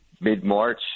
mid-March